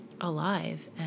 alive